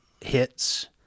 hits